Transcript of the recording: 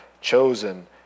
chosen